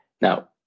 Now